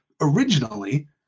Originally